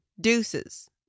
deuces